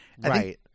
right